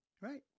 right